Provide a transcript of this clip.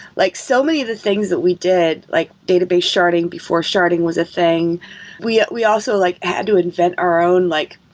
like so many of the things that we did, like database sharding before sharding was a thing we we also like had to invent our own like